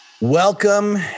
Welcome